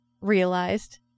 realized